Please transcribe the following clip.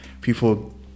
people